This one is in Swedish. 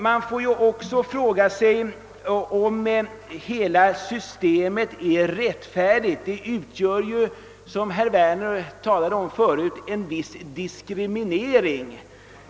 Man får också fråga sig om hela systemet är rättfärdigt. Det innebär, som herr Werner talade om förut, en viss diskriminering.